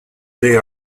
they